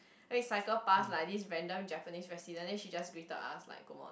then we cycled pass like this random Japanese resident then she just greeted us like good morning